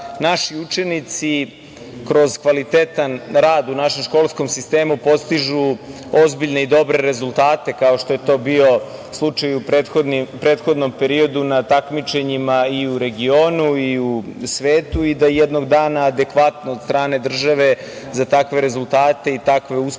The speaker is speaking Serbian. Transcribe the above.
naši učenici kroz kvalitetan rad u našem školskom sistemu postižu ozbiljne i dobre rezultate, kao što je to bio slučaj u prethodnom periodu, na takmičenjima i u regionu i u svetu, i da jednog dana adekvatno od strane države za takve rezultate i takve uspehe koje